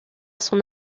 son